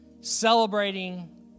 Celebrating